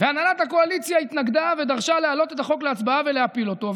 הנהלת הקואליציה התנגדה ודרשה להעלות את החוק להצבעה ולהפיל אותו.